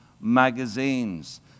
magazines